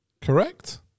correct